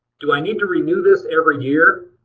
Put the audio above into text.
do i need to renew this every year?